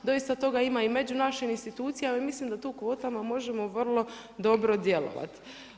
Doista toga ima i među našim institucijama i mislim da tu kvotama možemo vrlo dobro djelovati.